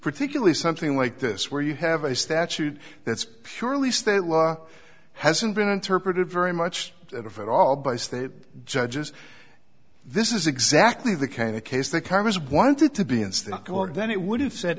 particularly something like this where you have a statute that's purely state law hasn't been interpreted very much of at all by state judges this is exactly the kind of case that congress wanted to be unstuck or then it would have said